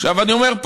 אני אומר,